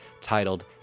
titled